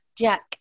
Jack